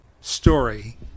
story